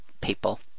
people